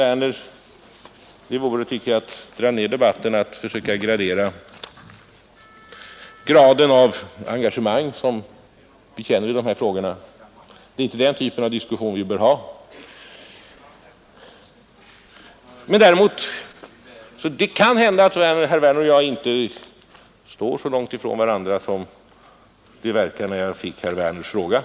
Det vore, tycker jag, att dra ner debatten att försöka gradera det engagemang som vi känner i de här frågorna. Det är inte den typen av diskussion vi bör ha. Däremot kan det hända att herr Werner och jag inte står så långt från varandra som det verkade när jag fick herr Werners fråga.